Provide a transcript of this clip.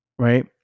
Right